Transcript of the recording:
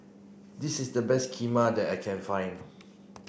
this is the best Kheema that I can find